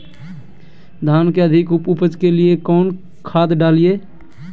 धान के अधिक उपज के लिए कौन खाद डालिय?